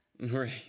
Right